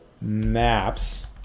Maps